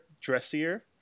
dressier